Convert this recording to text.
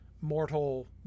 mortal